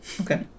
okay